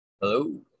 Hello